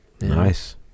Nice